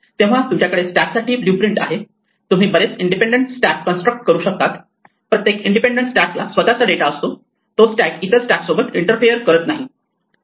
तेव्हा तुमच्याकडे स्टॅक साठी ब्ल्यू प्रिंट आहे तुम्ही बरेच इंडिपेंडंट स्टॅक कन्स्ट्रक्ट करू शकता प्रत्येक इंडिपेंडंट स्टॅकला स्वतःचा डेटा असतो तो स्टॅक इतर स्टॅक सोबत इंटरफेयर करत नाही